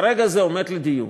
כרגע זה עומד לדיון.